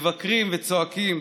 מבקרים וצועקים,